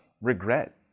regret